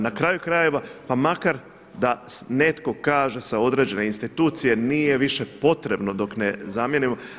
Na kraju krajeva ma makar da netko kaže sa određene institucije nije više potrebno dok ne zamijenimo.